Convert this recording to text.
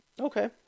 Okay